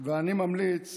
ואני ממליץ